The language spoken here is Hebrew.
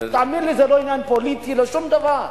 תאמין לי, זה לא עניין פוליטי, לא שום דבר.